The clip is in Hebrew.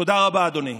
תודה רבה, אדוני.